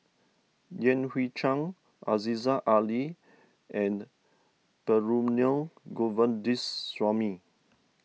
Yan Hui Chang Aziza Ali and Perumal Govindaswamy